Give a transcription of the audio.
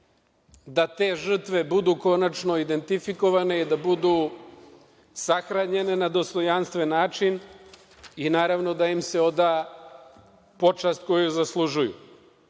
da te žrtve konačno budu identifikovane i da budu sahranjene na dostojanstven način i, naravno, da im se oda počast koju zaslužuju?